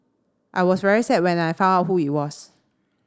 I was very sad when I found out who it was